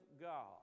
God